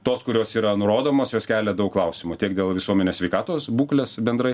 tos kurios yra nurodomos jos kelia daug klausimų tiek dėl visuomenės sveikatos būklės bendrai